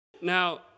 Now